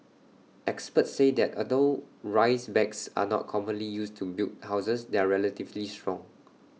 experts say that although rice bags are not commonly used to build houses they are relatively strong